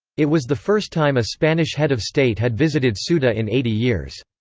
it was the first time a spanish head of state had visited ceuta in eighty years.